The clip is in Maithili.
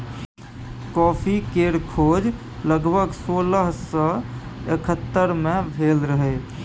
कॉफ़ी केर खोज लगभग सोलह सय एकहत्तर मे भेल रहई